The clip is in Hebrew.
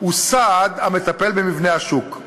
הוא סעד המטפל במבנה השוק,